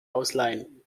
ausleihen